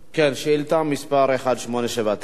שאילתא מס' 1879,